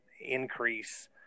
increase